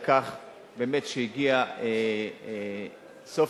על כך שהגיע סוף-סוף